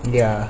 ya